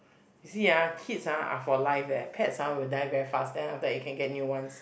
see ah kids are ah for life eh pets ah will die very fast then after that you can get new ones